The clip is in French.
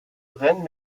rennes